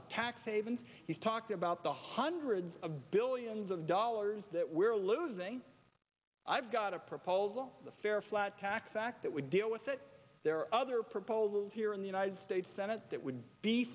the tax havens he's talked about the hundreds of billions of dollars that we're losing i've got a proposal the fair flat tax act that would deal with it there are other proposals here in the united states senate that would be